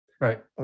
Right